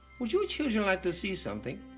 would you children like to see something?